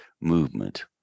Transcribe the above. movement